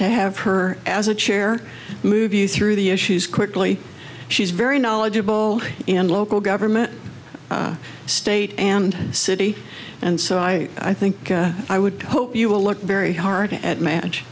to have her as a chair move through the issues quickly she's very knowledgeable in local government state and city and so i i think i would hope you will look very hard at manage